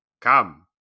Come